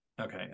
Okay